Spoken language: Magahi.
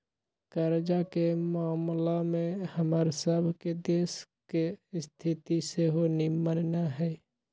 कर्जा के ममला में हमर सभ के देश के स्थिति सेहो निम्मन न हइ